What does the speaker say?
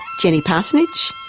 jenny parsonage.